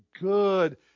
good